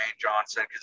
Johnson